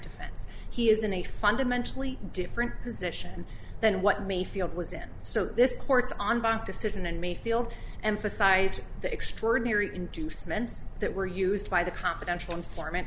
defense he is in a fundamentally different position than what mayfield was in so this court's on bank decision and mayfield emphasized the extraordinary inducements that were used by the confidential informant